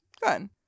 good